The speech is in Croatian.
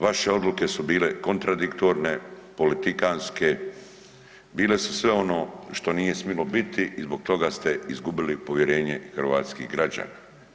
Vaše odluke su bile kontradiktorne, politikanske, bile su sve ono što nije smjelo biti i zbog toga ste izgubili povjerenje hrvatskih građana.